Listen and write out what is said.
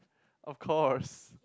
of course